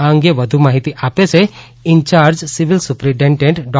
આ અંગે વધુ માહીતી આપે છે ઇન્ચાર્જ સિવિલ સુપ્રિન્ટેડન્ટ ડો